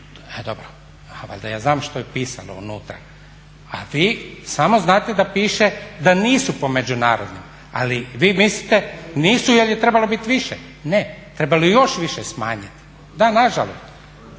nalazima. Valjda ja znam što je pisalo unutra. A vi samo znate da piše da nisu po međunarodnim, ali vi mislite nisu jer je trebalo biti više, ne, trebalo je još više smanjiti. Da, nažalost.